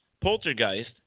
Poltergeist